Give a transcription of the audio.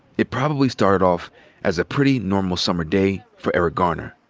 it probably started off as a pretty normal summer day for eric garner.